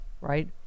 Right